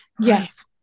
Yes